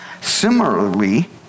Similarly